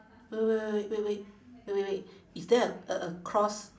w~ w~ w~ wait wait wait wait wait wait is there a a a cross